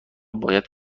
باید